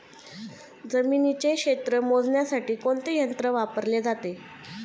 जमिनीचे क्षेत्र मोजण्यासाठी कोणते यंत्र वापरले जाते?